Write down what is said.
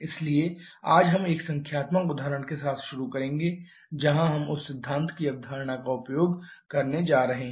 इसलिए आज हम एक संख्यात्मक उदाहरण के साथ शुरू करेंगे जहां हम उस सिद्धांत की अवधारणा का उपयोग करने जा रहे हैं